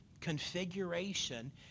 Configuration